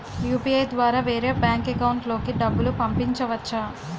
UPI ద్వారా వేరే bank account లోకి డబ్బులు పంపించవచ్చా?